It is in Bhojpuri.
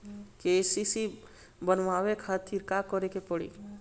के.सी.सी बनवावे खातिर का करे के पड़ी?